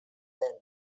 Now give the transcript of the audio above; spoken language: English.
then